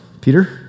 Peter